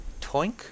Toink